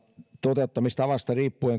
toteuttamistavasta riippuen